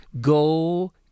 Go